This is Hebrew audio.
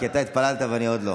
כי אתה התפללת ואני עוד לא.